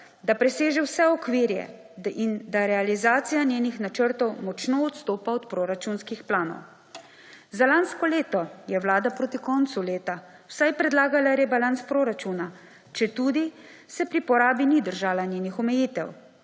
da preseže vse okvire in da realizacija njenih načrtov močno odstopa od proračunskih planov. Za lansko leto je Vlada proti koncu leta vsaj predlagala rebalans proračuna, četudi se pri porabi ni držala njenih omejitev.